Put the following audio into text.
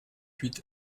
huit